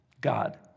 God